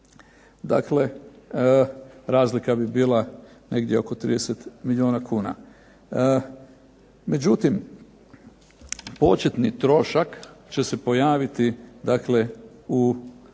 dakle razlika bi bila negdje oko 30 milijuna kuna. Međutim početni trošak će se pojaviti dakle u